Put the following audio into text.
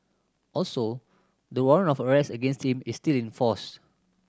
also the warrant of arrest against him is still in force